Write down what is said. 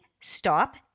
stop